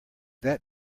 that